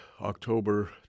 October